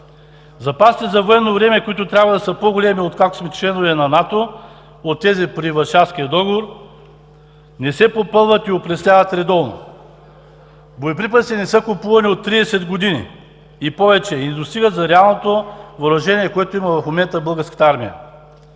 Запасите за военно време, които трябва да са по-големи, откакто сме членове на НАТО от тези при Варшавския договор, не се попълват и опресняват редовно. Боеприпаси не са купувани от 30 и повече и не достигат за реалното въоръжение, което има в момента Българската армия.